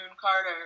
carter